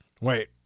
Wait